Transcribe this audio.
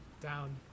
Down